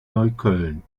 neukölln